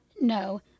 no